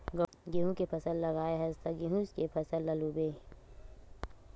गहूँ के फसल लगाए हस त गहूँच के फसल ल लूबे